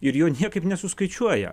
ir jo niekaip nesuskaičiuoja